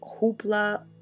hoopla